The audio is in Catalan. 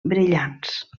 brillants